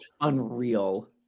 unreal